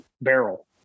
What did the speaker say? barrel